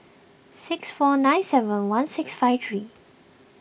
six four nine seven one six five three